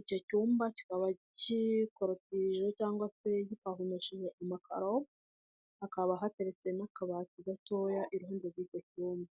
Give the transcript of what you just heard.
icyo cyumba kikaba kikoroteshejwe cyangwa se gipavomesheje amakaro, hakaba hateretse n'akabati gatoya iruhande rw'icyo cyumba.